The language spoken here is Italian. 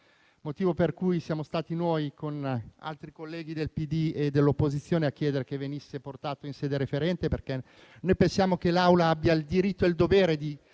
motivo per cui siamo stati noi, con altri colleghi del PD e dell'opposizione, a chiedere che venisse portato in sede referente, perché pensiamo che l'Assemblea abbia il diritto e il dovere di